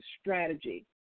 strategy